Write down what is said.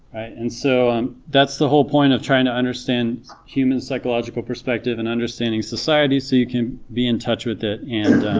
and so um that's the whole point of trying to understand human psychological perspective and understanding society so you can be in touch with it and